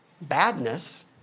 badness